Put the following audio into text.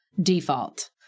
default